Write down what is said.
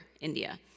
India